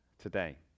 today